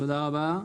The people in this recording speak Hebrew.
תודה רבה.